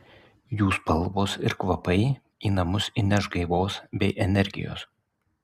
jų spalvos ir kvapai į namus įneš gaivos bei energijos